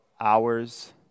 hours